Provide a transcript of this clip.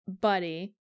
Buddy